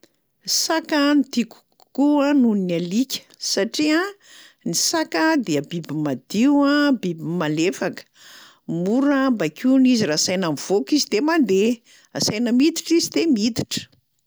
Saka no tiako kokoa noho ny alika satria ny saka dia biby madio a, biby malefaka; mora baikoina izy, raha asaina mivoaka izy de mandeha, asaina miditra izy de miditra.